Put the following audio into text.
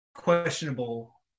questionable